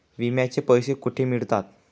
विम्याचे पैसे कुठे मिळतात?